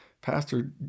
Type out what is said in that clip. pastor